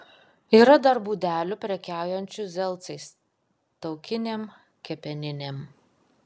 yra dar būdelių prekiaujančių zelcais taukinėm kepeninėm